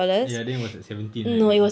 ya then it was like seventeen like that